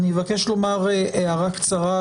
אני מבקש לומר הערה קצרה,